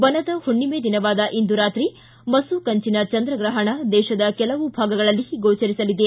ಬನದ ಹುಣ್ಣಿಮೆ ದಿನವಾದ ಇಂದು ರಾತ್ರಿ ಮಸುಕಂಚಿನ ಚಂದ್ರಗಹಣ ದೇಶದ ಕೆಲವು ಭಾಗಗಳಲ್ಲಿ ಗೋಚರಿಸಲಿದೆ